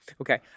Okay